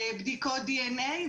בדיקות DNA,